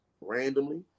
randomly